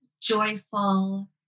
joyful